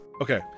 Okay